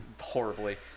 Horribly